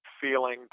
feeling